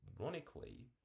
ironically